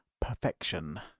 perfection